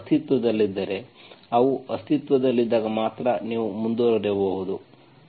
ಅದು ಅಸ್ತಿತ್ವದಲ್ಲಿದ್ದರೆ ಅವು ಅಸ್ತಿತ್ವದಲ್ಲಿದ್ದಾಗ ಮಾತ್ರ ನೀವು ಮುಂದುವರಿಯಬಹುದು